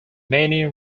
many